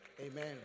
Amen